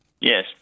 Yes